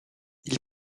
ils